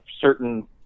certain